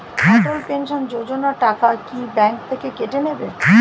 অটল pension Yojana টাকা কি bank থেকে কেটে নেবে?